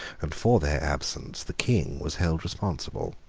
and for their absence the king was held responsible.